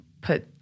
put